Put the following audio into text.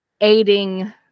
aiding